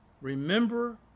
Remember